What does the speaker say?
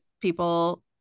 people